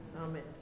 Amen